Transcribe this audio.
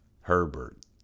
Herbert